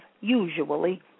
usually